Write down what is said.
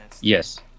Yes